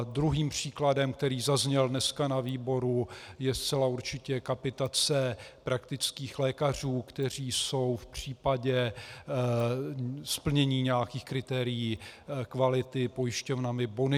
Druhým příkladem, který zazněl dneska na výboru, je zcela určitě kapitace praktických lékařů, kteří jsou v případě splnění nějakých kritérií kvality pojišťovnami bonifikovány.